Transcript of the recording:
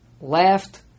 laughed